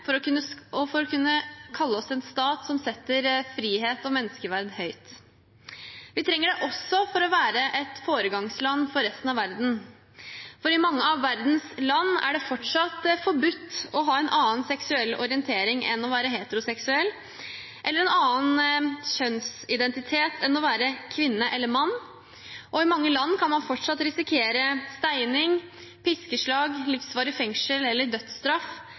og for å kunne kalle oss en stat som setter frihet og menneskeverd høyt. Vi trenger det også for å være et foregangsland for resten av verden. For i mange av verdens land er det fortsatt forbudt å ha en annen seksuell orientering enn å være heteroseksuell, eller en annen kjønnsidentitet enn å være kvinne eller mann. Og i mange land kan man fortsatt risikere steining, piskeslag, livsvarig fengsel eller dødsstraff